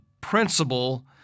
principle